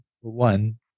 one